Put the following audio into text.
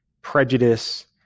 Prejudice